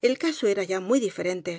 el caso era ya muy diferente